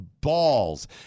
balls